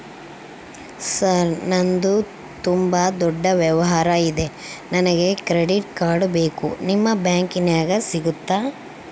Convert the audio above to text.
Sir ನಂದು ತುಂಬಾ ದೊಡ್ಡ ವ್ಯವಹಾರ ಇದೆ ನನಗೆ ಕ್ರೆಡಿಟ್ ಕಾರ್ಡ್ ಬೇಕು ನಿಮ್ಮ ಬ್ಯಾಂಕಿನ್ಯಾಗ ಸಿಗುತ್ತಾ?